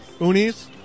Unis